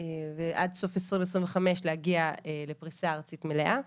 ועד סוף 2025 להגיע לפריסה ארצית מלאה.